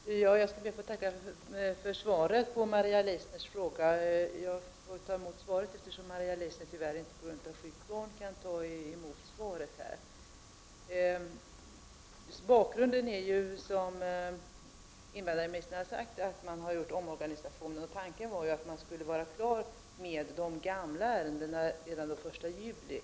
Herr talman! Jag ber att få tacka för svaret på Maria Leissners fråga. Jag tar emot svaret då Maria Leissner tyvärr på grund av vård av sjukt barn inte kan ta emot svaret. Bakgrunden till frågan är som invandrarministern sade att omorganisationer har gjorts. Tanken var att de gamla ärendena skulle vara färdigbehandlade redan den 1 juli.